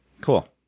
Cool